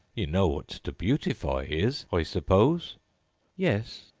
you know what to beautify is, i suppose yes,